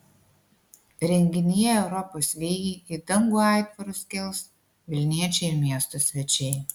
renginyje europos vėjai į dangų aitvarus kels vilniečiai ir miesto svečiai